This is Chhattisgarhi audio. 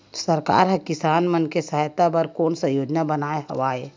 सरकार हा किसान मन के सहायता बर कोन सा योजना बनाए हवाये?